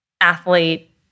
athlete